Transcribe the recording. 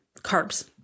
carbs